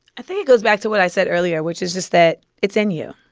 i think it goes back to what i said earlier, which is just that it's in you.